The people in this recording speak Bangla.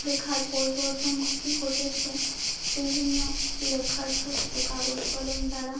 লেখার পরিবর্তনটি ঘটেছে বিভিন্ন লেখার সূত্রে কাগজ কলম দ্বারা